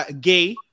Gay